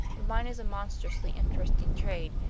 but mine is a monstrously interesting trade,